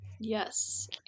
Yes